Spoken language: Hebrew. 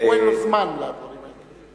אין לו זמן לדברים האלה.